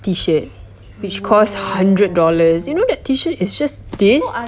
T-shirt which costs hundred dollars you know the T-shirt is just this